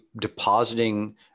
depositing